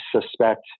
suspect